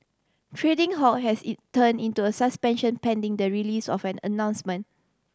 trading halt has turn into a suspension pending the release of an announcement